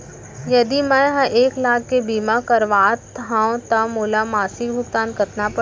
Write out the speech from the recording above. यदि मैं ह एक लाख के बीमा करवात हो त मोला मासिक भुगतान कतना पड़ही?